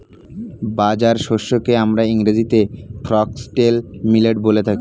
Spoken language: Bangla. বাজরা শস্যকে আমরা ইংরেজিতে ফক্সটেল মিলেট বলে থাকি